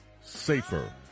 safer